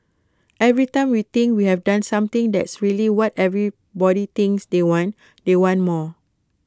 every time we think we've done something that's really what everybody thinks they want they want more